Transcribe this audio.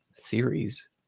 theories